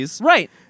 Right